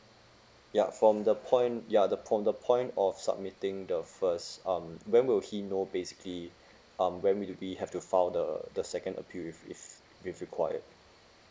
ya from the point ya the from the point of submitting the first um when will he know basically um when will it be have to file the the second appeal if if if required